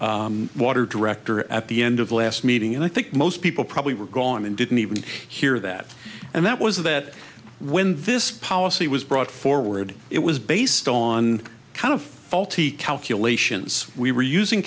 water director at the end of last meeting and i think most people probably were gone and didn't even hear that and that was that when this policy was brought forward it was based on kind of faulty calculations we were using